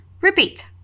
Repeat